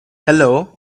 hello